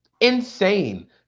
insane